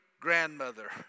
grandmother